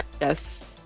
Yes